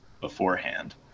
beforehand